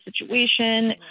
situation